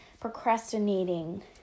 procrastinating